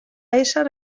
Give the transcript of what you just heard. ésser